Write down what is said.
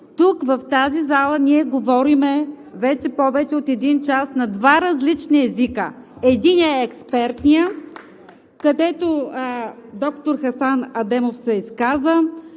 В тази зала ние говорим вече повече от един час на два различни езика. Единият е експертният, където доктор Хасан Адемов се изказа,